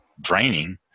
draining